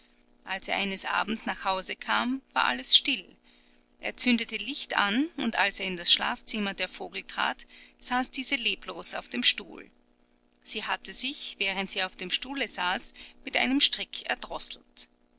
als er eines abends nach hause kam war alles still er zündete licht an und als er in das schlafzimmer der vogel trat saß diese leblos auf dem stuhl sie hatte sich während sie auf dem stuhle saß mit einem strick erdrosselt